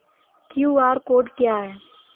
QR code क्या है?